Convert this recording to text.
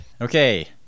Okay